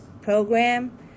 program